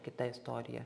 kita istorija